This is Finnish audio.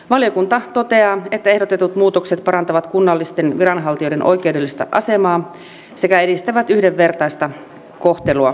valiokunta toteaa että ehdotetut muutokset parantavat kunnallisten viranhaltijoiden oikeudellista asemaa sekä edistävät yhdenvertaista kohtelua